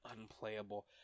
unplayable